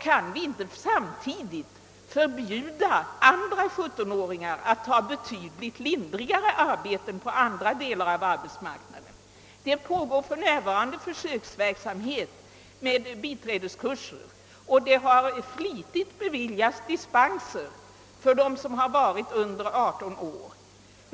kan vi inte samtidigt förbjuda andra sjuttonåringar att ta betydligt lindrigare arbeten inom andra delar av arbetsmarknaden. Det pågår för närvarande försöksverksamhet med biträdeskurser, och dispenser har flitigt beviljats för dem som varit under 18 år.